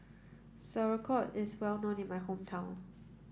sauerkraut is well known in my hometown